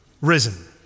risen